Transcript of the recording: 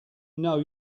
know